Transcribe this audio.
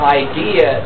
idea